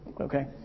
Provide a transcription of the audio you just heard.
okay